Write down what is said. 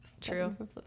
true